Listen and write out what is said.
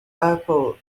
apple